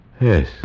Yes